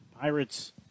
Pirates